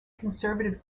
conservative